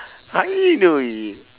how you doing